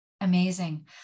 amazing